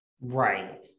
Right